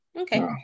okay